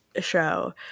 show